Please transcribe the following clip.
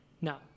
no